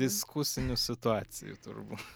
diskusinių situacijų turbūt